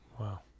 Wow